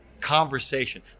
conversation